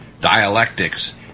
dialectics